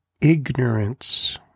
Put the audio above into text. ignorance